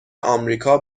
آمریکا